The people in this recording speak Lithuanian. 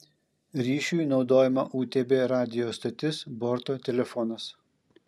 ryšiui naudojama utb radijo stotis borto telefonas